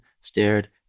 stared